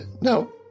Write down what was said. no